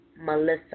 Melissa